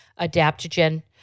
adaptogen